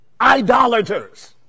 idolaters